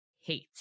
hate